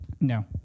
No